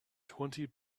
twenty